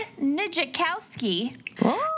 Nijakowski